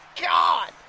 God